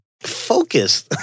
Focus